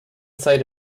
sight